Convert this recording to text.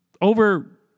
Over